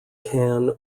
kan